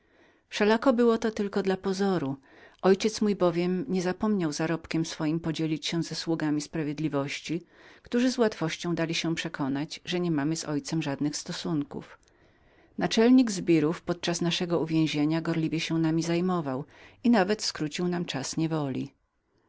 wszelako było to tylko dla pozoru ojciec mój bowiem niezapomniał zarobkiem swoim podzielić się ze sprawiedliwością wkrótce jasno dowiedziono że niemieliśmy z nim żadnych stosunków naczelnik zbirów podczas naszego uwięzienia gorliwie się nami zajmował i nawet skrócił nam czas niewoli